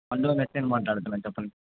అందులో ఉన్న ఎస్ ఐని మాట్లాడుతున్న చెప్పండి